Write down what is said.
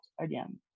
again